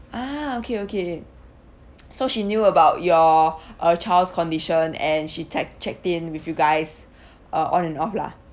ah okay okay so she knew about your uh child's condition and she checked checked in with you guys uh on and off lah